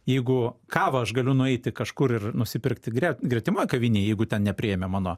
jeigu kavą aš galiu nueiti kažkur ir nusipirkti gret gretimoj kavinėj jeigu ten nepriėmė mano